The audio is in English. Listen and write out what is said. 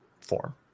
form